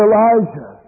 Elijah